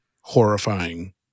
horrifying